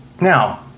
Now